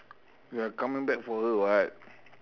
we are coming back for her [what]